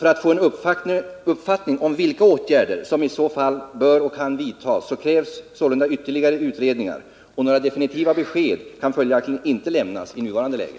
För att få en uppfattning om vilka åtgärder som i så fall bör och kan vidtas krävs ytterligare utredningar, och några definitiva besked kan jag följaktligen inte lämna i nuvarande läge.